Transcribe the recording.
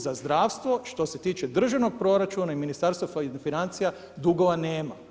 Za zdravstvo što se tiče državnog proračuna i Ministarstva financija dugova nema.